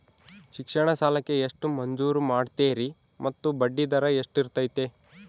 ಶಿಕ್ಷಣ ಸಾಲಕ್ಕೆ ಎಷ್ಟು ಮಂಜೂರು ಮಾಡ್ತೇರಿ ಮತ್ತು ಬಡ್ಡಿದರ ಎಷ್ಟಿರ್ತೈತೆ?